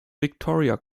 victoria